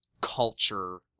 culture